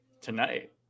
Tonight